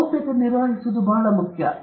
ಗೌಪ್ಯತೆ ನಿರ್ವಹಿಸಲು ಇದು ಬಹಳ ಮುಖ್ಯ